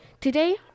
Today